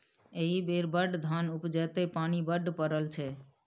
एहि बेर बड़ धान उपजतै पानि बड्ड पड़ल छै